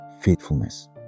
faithfulness